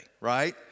right